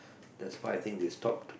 that's why I think they stopped